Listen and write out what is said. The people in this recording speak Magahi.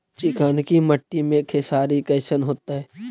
चिकनकी मट्टी मे खेसारी कैसन होतै?